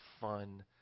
fun